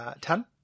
Ten